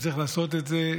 צריך לעשות את זה,